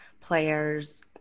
players